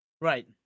Right